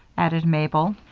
added mabel.